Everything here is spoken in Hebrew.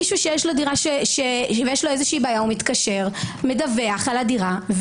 אם יש למישהו בעיה מתקשר ומדווח על הדירה,